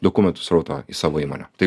dokumentų srautą į savo įmonę tai